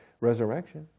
resurrection